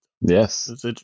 Yes